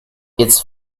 its